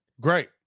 Great